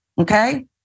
okay